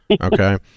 okay